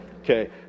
Okay